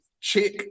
check